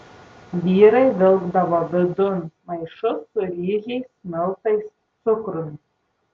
vyrai vilkdavo vidun maišus su ryžiais miltais cukrumi